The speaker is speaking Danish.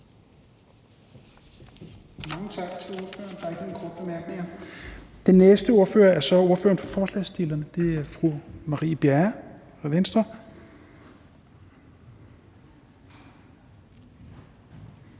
Mange tak til ordføreren. Der er ikke nogen korte bemærkninger. Den næste ordfører er så ordføreren for forslagsstillerne. Det er fru Marie Bjerre fra Venstre.